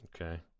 Okay